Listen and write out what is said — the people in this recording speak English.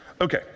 Okay